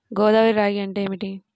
గోదావరి రాగి అంటే ఏమిటి?